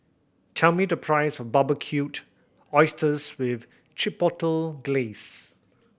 tell me the price of Barbecued Oysters with Chipotle Glaze